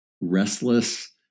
restless